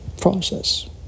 process